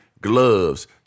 gloves